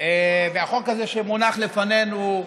החוק הזה שמונח לפנינו,